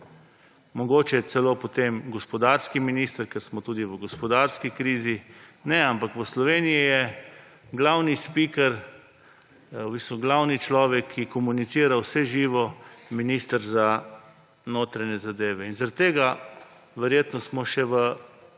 mogoče celo potem gospodarski minister, ker smo tudi v gospodarski krizi. Ne, ampak v Sloveniji je glavni speaker, glavni človek, ki komunicira vse živo, minister za notranje zadeve. Zaradi tega smo verjetno še v